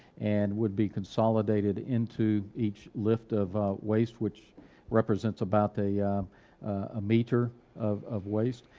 and would be consolidated into each lift of a waste, which represents about a ah meter of of waste.